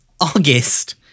August